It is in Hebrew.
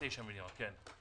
עד 9 מיליון שקל.